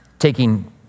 taking